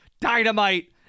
dynamite